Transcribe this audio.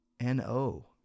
no